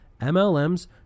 MLMs